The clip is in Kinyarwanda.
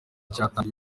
cyatangijwe